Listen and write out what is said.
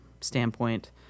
standpoint